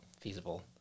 feasible